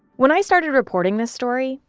when i started reporting this story,